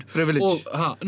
Privilege